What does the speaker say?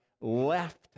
left